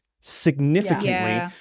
significantly